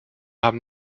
haben